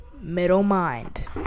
Middle-mind